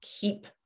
keep